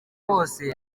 kose